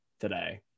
today